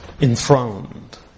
enthroned